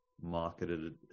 marketed